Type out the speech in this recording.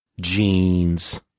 jeans